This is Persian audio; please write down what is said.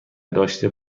داشته